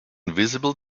visible